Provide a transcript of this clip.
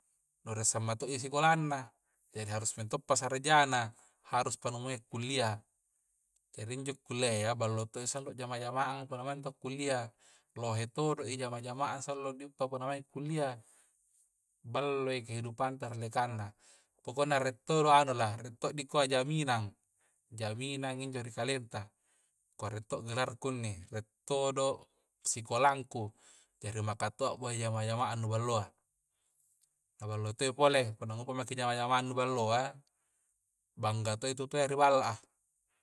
Nu ressang manto'ji sakollana jadi harus minto'pa sarjana haruspi nganguai nakullea jadi injo kullea ya ballo to sallo jamang-jamang a' kah punna maeng to kullia lohe todo i jamang-jamang a' sallo diguppa punna maeng ki kullia ballo i kehidupangta ri dallekkanganna pokokna rie todo anulah rie to dikua jaminang jaminang injo ri kalengta ko are to' gelar kunni rie todo sikolangku jari maka to boya jamang-jamang ang nu balloa kah ballo to'i pole punna guppa maki jamang-jamang ang nu ballo a bangga to tue ri balla a